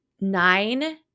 Nine